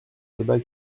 débat